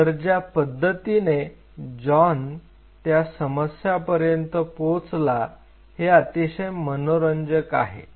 तर ज्या पद्धतीने जॉन त्या समस्यापर्यंत पोहोचला हे अतिशय मनोरंजक आहे